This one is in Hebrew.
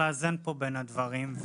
לאזן כאן בין הדברים.